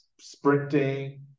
sprinting